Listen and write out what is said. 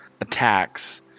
attacks